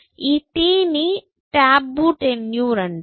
ఈ t ని టబు టెన్యూర్అంటాం